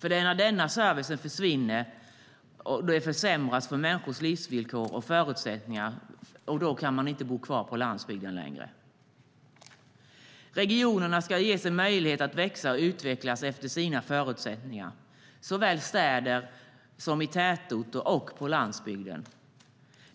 Det är ju när denna service försvinner som människors livsvillkor och förutsättningar försämras, och då kan man inte bo kvar på landsbygden längre. Regionerna ska ges möjlighet att växa och utvecklas efter sina förutsättningar, såväl städer som tätorter och landsbygd.